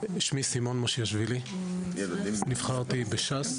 שמי סימון משה שווילי, נבחרתי בש"ס,